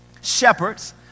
shepherds